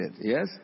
yes